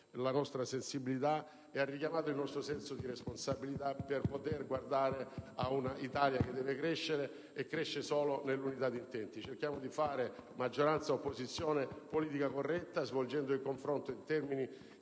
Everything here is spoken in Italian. la nostra sensibilità e ha richiamato il nostro senso di responsabilità per guardare ad un'Italia che deve crescere e che può crescere solo nell'unità d'intenti. Cerchiamo di fare, maggioranza e opposizione, una politica corretta, svolgendo il confronto in termini